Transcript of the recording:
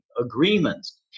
agreements